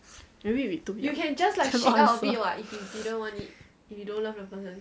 maybe we took